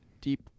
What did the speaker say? deep